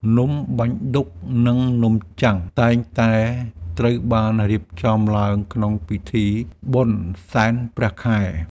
នំបាញ់ឌុក និងនំជាំង តែងតែត្រូវបានរៀបចំឡើងក្នុងពិធីបុណ្យសែនព្រះខែ។